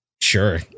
Sure